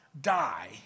die